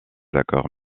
accords